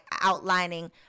outlining